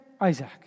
Isaac